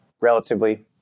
relatively